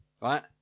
Right